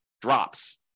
drops